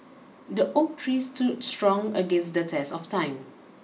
the oak tree stood strong against the test of time